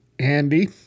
handy